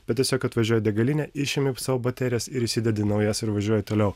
bet tiesiog atvažiuoji į degalinę išimi savo baterijas ir įsidedi naujas ir važiuoji toliau